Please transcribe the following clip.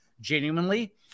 genuinely